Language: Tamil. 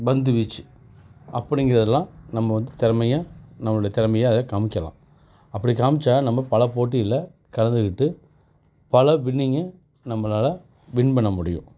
பந்து வீச்சு அப்படிங்கிறதுலாம் நம்ம வந்து திறமைய நம்மளுடைய திறமைய அதில் காம்மிக்கலாம் அப்படி காம்மிச்சா நம்ம பல போட்டியில் கலந்துக்கிட்டு பல வின்னிங்கை நம்மளால் வின் பண்ண முடியும்